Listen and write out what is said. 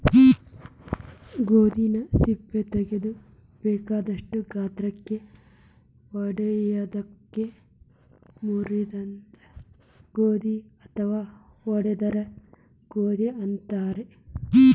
ಗೋಧಿನ ಸಿಪ್ಪಿ ತಗದು ಬೇಕಾದಷ್ಟ ಗಾತ್ರಕ್ಕ ಒಡಿಯೋದಕ್ಕ ಮುರಿದ ಗೋಧಿ ಅತ್ವಾ ಒಡದ ಗೋಧಿ ಅಂತಾರ